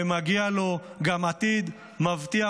ומגיע לו גם עתיד מבטיח,